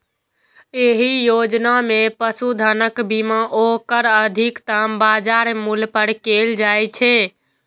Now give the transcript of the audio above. एहि योजना मे पशुधनक बीमा ओकर अधिकतम बाजार मूल्य पर कैल जाइ छै